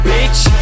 Bitch